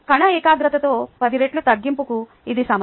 కణ ఏకాగ్రతలో పదిరెట్లు తగ్గింపుకు ఇది సమయం